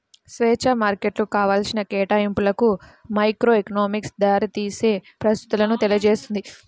స్వేచ్ఛా మార్కెట్లు కావాల్సిన కేటాయింపులకు మైక్రోఎకనామిక్స్ దారితీసే పరిస్థితులను తెలియజేస్తుంది